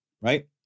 right